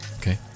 Okay